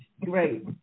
Great